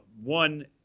One